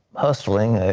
hustling ah